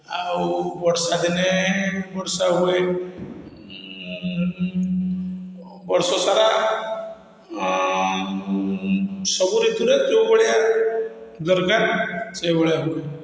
ଆଉ ବର୍ଷାଦିନେ ବର୍ଷା ହୁଏ ବର୍ଷସାରା ସବୁ ଋତୁରେ ଯେଉଁଭଳିଆ ଦରକାର ସେଇଭଳିଆ ହୁଏ